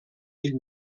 ell